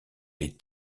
est